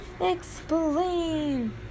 Explain